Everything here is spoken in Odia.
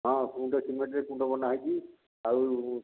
ହଁ କୁଣ୍ଡ ସିମେଣ୍ଟ୍ରେ କୁଣ୍ଡ ବନାହୋଇଛି ଆଉ